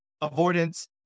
avoidance